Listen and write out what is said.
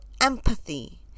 empathy